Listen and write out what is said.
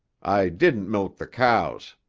i didn't milk the cows.